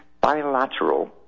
bilateral